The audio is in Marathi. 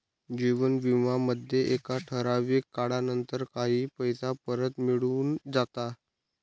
जीवन विमा मध्ये एका ठराविक काळानंतर काही पैसे परत मिळून जाता